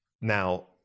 now